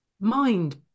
mind